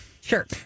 sure